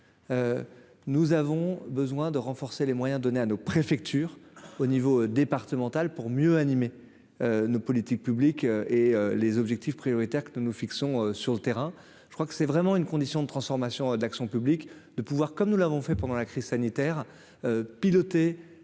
nous avons besoin de renforcer les moyens donnés à nos préfectures au niveau départemental pour mieux animer nos politiques publiques et les objectifs prioritaires que nous nous fixons sur le terrain, je crois que c'est vraiment une condition de transformation de l'action publique de pouvoir comme nous l'avons fait pendant la crise sanitaire, piloté